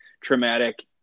traumatic